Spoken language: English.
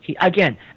again